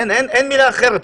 אין מילה אחרת,